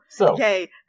Okay